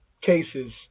cases